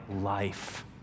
life